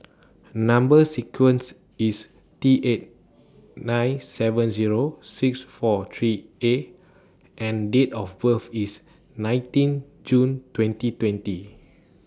Number sequence IS T eight nine seven Zero six four three A and Date of birth IS nineteen June twenty twenty